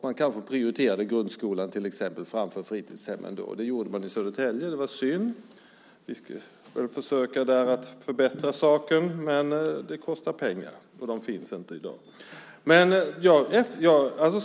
Man kanske prioriterade grundskolan framför fritidshemmen. Det gjorde man i Södertälje, och det var synd. Vi får väl försöka förbättra saken där, men det kostar pengar, och de finns inte i dag.